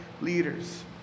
leaders